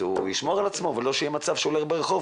ישמור על עצמו ולא יהיה מצב שהוא יילך ברחוב,